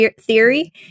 Theory